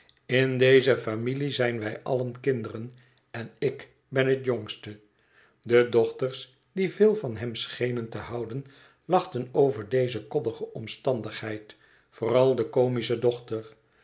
in deze familie zijn wij allen kinderen en ik ben het jongste de dochters die veel van hem schenen te houden lachten over deze koddige omstandigheid vooral de comische dochter